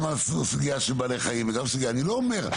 גם הסוגיה של בעלי חיים וגם הסוגיה של אני לא אומר,